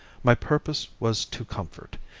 my purpose was to comfort,